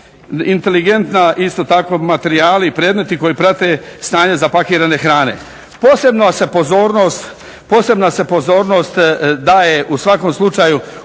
inteligentna isto tako materijali i predmeti koji prate stanje zapakirane hrane. Posebna se pozornost daje u svakom slučaju